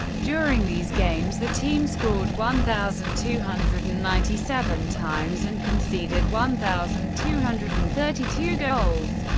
during these games, the team scored one thousand two hundred and ninety seven times and conceded one thousand two hundred and thirty two goals.